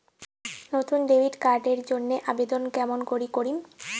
নতুন debit card এর জন্যে আবেদন কেমন করি করিম?